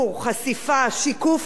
שיקוף מציאות,